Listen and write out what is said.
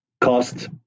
cost